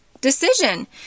decision